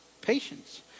patience